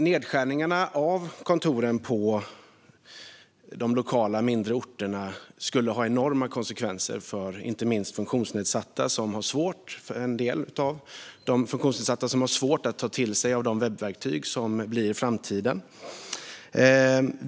Nedskärningar på lokalkontoren på mindre orter skulle få enorma konsekvenser, inte minst för de funktionsnedsatta som har svårt att tillgodogöra sig de webbverktyg som är framtiden.